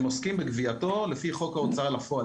הם עוסקים בגבייתו לפי חוק ההוצאה לפועל.